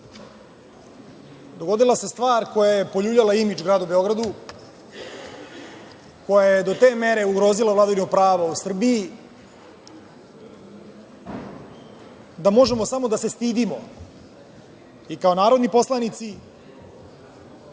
dogodila se stvar koja je poljuljala imidž Gradu Beogradu koja je do te mere ugrozila vladvinu prava u Srbiji, da možemo samo da se stidimo i kao narodni poslanici,